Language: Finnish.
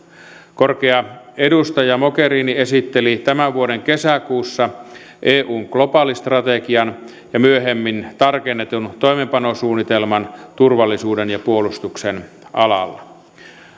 korkea edustaja mogherini esitteli tämän vuoden kesäkuussa eun globaalistrategian ja myöhemmin tarkennetun toimeenpanosuunnitelman turvallisuuden ja puolustuksen alalla